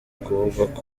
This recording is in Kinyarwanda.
kuvugwa